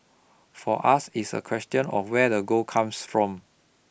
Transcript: for us it's a question of where the gold comes from